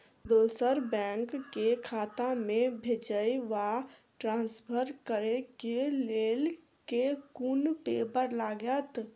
दोसर बैंक केँ खाता मे भेजय वा ट्रान्सफर करै केँ लेल केँ कुन पेपर लागतै?